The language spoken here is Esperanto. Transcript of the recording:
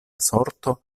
sorto